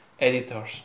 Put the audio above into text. editors